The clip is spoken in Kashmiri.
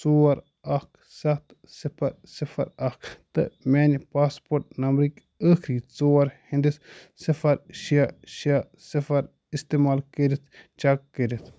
ژور اکھ سَتھ صِفر صِفر اکھ تہٕ میٛانہِ پاسپورٹ نمبرٕکۍ ٲخری ژور ہِنٛدِس صِفر شےٚ شےٚ صِفر اِستعمال کٔرِتھ چیٚک کٔرِتھ